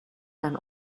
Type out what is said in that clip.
than